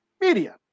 media